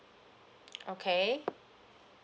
okay